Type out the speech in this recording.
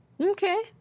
Okay